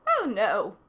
oh, no,